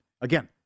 Again